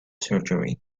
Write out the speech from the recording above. surgery